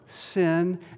sin